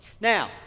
Now